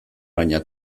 baina